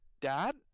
dad